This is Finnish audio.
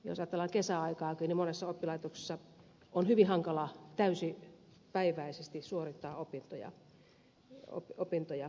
jos ajatellaan kesäaikaakin niin monessa oppilaitoksessa on hyvin hankalaa täysipäiväisesti suorittaa opintoja kesäaikaan